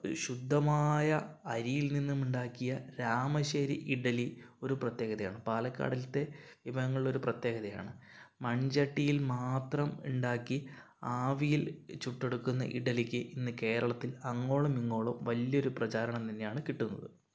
ശുദ്ധമായ അരിയിൽ നിന്നും ഉണ്ടാക്കിയ രാമശ്ശേരി ഇഡ്ഡലി ഒരു പ്രത്യേകത ആണ് പാലക്കാടിലത്തെ ഇവാങ്ങളിൽ ഒരു പ്രത്യേകത ആണ് മൺചട്ടിയിൽ മാത്രം ഉണ്ടാക്കി ആവിയിൽ ചുട്ടെടുക്കുന്ന ഇഡ്ഡലിക്ക് ഇന്ന് കേരളത്തിൽ അങ്ങോളം ഇങ്ങോളം വലിയൊരു പ്രചാരണം തന്നെയാണ് കിട്ടുന്നത്